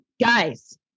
guys